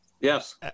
Yes